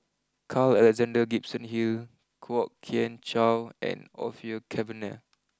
Carl Alexander Gibson Hill Kwok Kian Chow and Orfeur Cavenagh